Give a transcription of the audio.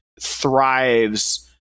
thrives